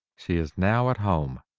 she is now at home,